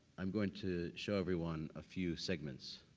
i'm going to show everyone a few segments.